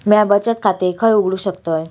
म्या बचत खाते खय उघडू शकतय?